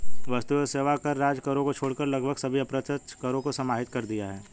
वस्तु एवं सेवा कर राज्य करों को छोड़कर लगभग सभी अप्रत्यक्ष करों को समाहित कर दिया है